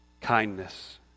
kindness